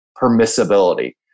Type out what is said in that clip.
permissibility